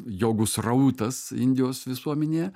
jogų srautas indijos visuomenėje